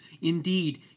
Indeed